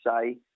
say